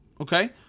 Okay